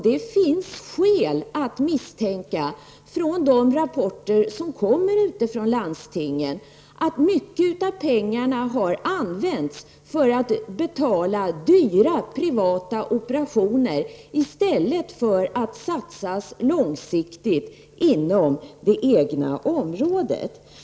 Av rapporterna från landstingen får man skäl att misstänka att mycket av pengarna har använts för att betala dyra privata operationer i stället för att satsas långsiktigt inom det egna området.